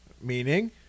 Meaning